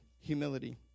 humility